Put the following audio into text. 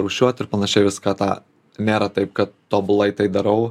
rūšiuot ir panašiai viską tą nėra taip kad tobulai tai darau